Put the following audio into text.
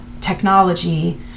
technology